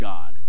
God